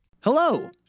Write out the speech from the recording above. Hello